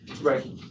Right